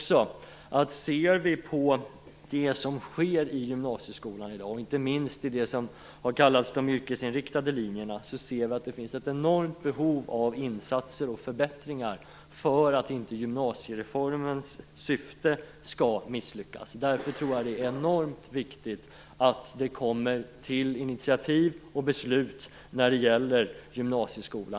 Sett till det som sker i gymnasieskolan i dag - inte minst gäller det de s.k. yrkesinriktade linjerna - finns det ett enormt behov av insatser och förbättringar för att gymnasieformens syfte inte skall misslyckas. Därför tror jag att det är enormt viktigt att det kommer till initiativ och beslut när det gäller gymnasieskolan.